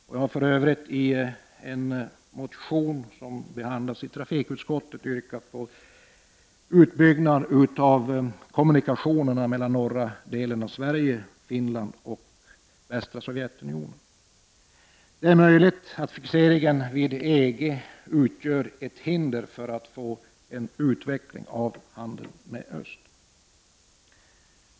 Jag har för övrigt i en motion, som behandlas i trafikutskottet, yrkat på utbyggnad av kommunikationerna mellan norra delen av Sverige, Finland och västra Sovjetunionen. Det är möjligt att fixeringen vid EG-länderna utgör ett hinder för att få till stånd en utveckling av handeln med östländerna.